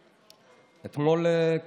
אתמול, הבוקר,